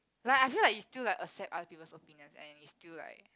like I feel like you still like accept other people's opinions and you still like